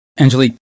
Angelique